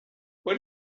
what